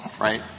right